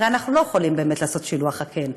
הרי אנחנו לא יכולים באמת לעשות שילוח הקן,